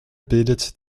bildet